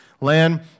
land